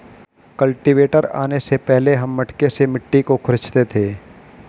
cultivator आने से पहले हम मटके से मिट्टी को खुरंचते थे